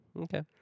Okay